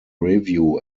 review